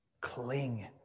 Cling